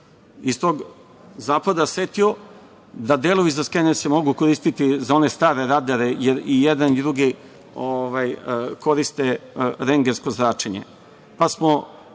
iz tog Zapada setio da delovi za skener se mogu koristiti za one stare radare, jer i jedan i drugi koriste rentgensko zračenje, pa smo